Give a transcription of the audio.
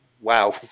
wow